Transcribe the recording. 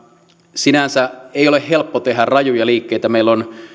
sinänsä ei ole helppo tehdä rajuja liikkeitä meillä on